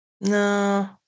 No